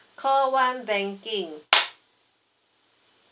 call one banking